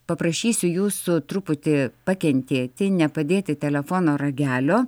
paprašysiu jūsų truputį pakentėti nepadėti telefono ragelio